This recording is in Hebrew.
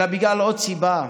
אלא בגלל עוד סיבה: